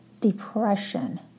depression